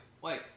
wait